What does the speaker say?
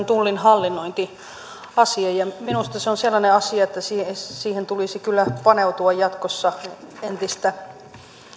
tullin hallinnointiasian minusta se on sellainen asia että siihen siihen tulisi kyllä paneutua jatkossa entistä